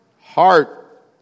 heart